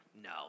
no